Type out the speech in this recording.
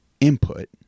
input